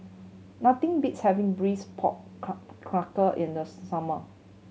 nothing beats having braise pork in the summer